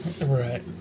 Right